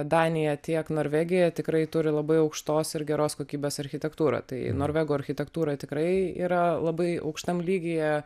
danija tiek norvegija tikrai turi labai aukštos ir geros kokybės architektūrą tai norvegų architektūra tikrai yra labai aukštam lygyje